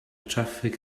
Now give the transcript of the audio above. traffig